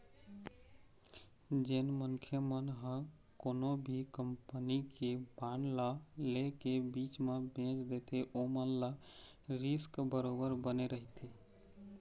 जेन मनखे मन ह कोनो भी कंपनी के बांड ल ले के बीच म बेंच देथे ओमन ल रिस्क बरोबर बने रहिथे